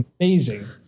amazing